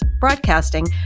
broadcasting